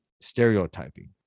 stereotyping